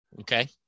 Okay